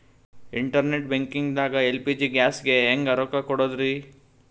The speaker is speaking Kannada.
ಇಂಟರ್ನೆಟ್ ಬ್ಯಾಂಕಿಂಗ್ ದಾಗ ಎಲ್.ಪಿ.ಜಿ ಗ್ಯಾಸ್ಗೆ ಹೆಂಗ್ ರೊಕ್ಕ ಕೊಡದ್ರಿ?